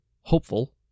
hopeful